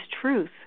truth